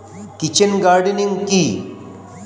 Kitchen gardening কি?